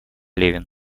левин